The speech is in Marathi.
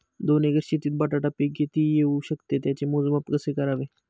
दोन एकर शेतीत बटाटा पीक किती येवू शकते? त्याचे मोजमाप कसे करावे?